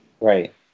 Right